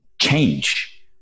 change